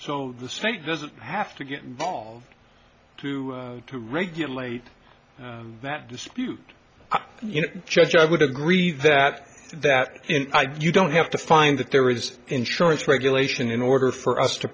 so the state doesn't have to get involved to to regulate that dispute you know just i would agree that that you don't have to find that there is insurance regulation in order for us to